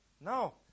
No